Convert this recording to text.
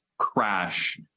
crash